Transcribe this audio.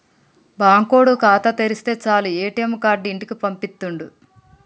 బాంకోడు ఖాతా తెరిస్తె సాలు ఏ.టి.ఎమ్ కార్డు ఇంటికి పంపిత్తుండు